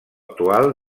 actual